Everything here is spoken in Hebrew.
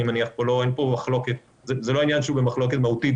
זה לא עניין במחלוקת מהותית,